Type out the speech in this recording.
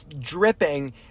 Dripping